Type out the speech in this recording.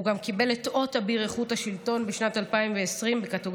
הוא גם קיבל את אות אביר איכות השלטון בשנת 2020 בקטגוריית